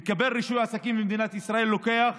לקבל רישוי עסקים במדינת ישראל לוקח